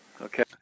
Okay